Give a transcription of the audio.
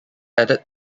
added